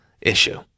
issue